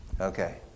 Okay